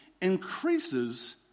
increases